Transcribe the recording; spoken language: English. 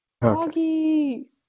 Doggy